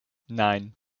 nine